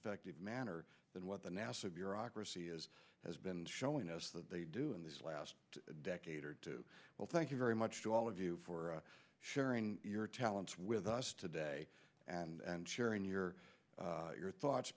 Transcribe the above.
effective manner than what the nasa bureaucracy is has been showing us that they do in this last decade or two we'll thank you very much to all of you for sharing your talents with us today and sharing your your thoughts